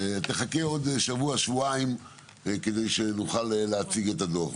תחכה עוד שבוע-שבועיים כדי שנוכל להציג את הדוח.